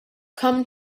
come